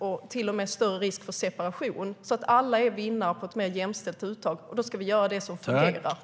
Det är till och med större risk för separationer. Alla är alltså vinnare på ett mer jämställt uttag, och då ska vi genomföra det som fungerar.